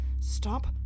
Stop